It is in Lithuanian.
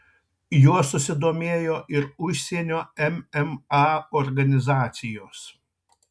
juo susidomėjo ir užsienio mma organizacijos